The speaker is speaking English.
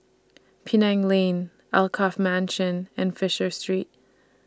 Penang Lane Alkaff Mansion and Fisher Street